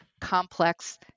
complex